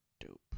Dope